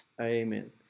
amen